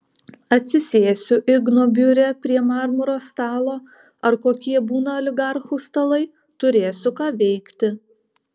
atsisėsiu igno biure prie marmuro stalo ar kokie būna oligarchų stalai turėsiu ką veikti